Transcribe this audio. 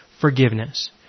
forgiveness